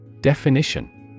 Definition